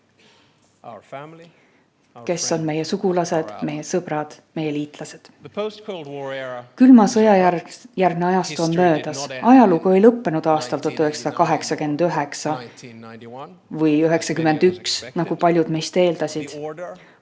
– meie pere, meie sõbra, meie liitlasega. Külma sõja järgne ajastu on möödas. Ajalugu ei lõppenud aastal 1989 või 1991, nagu paljud meist eeldasid.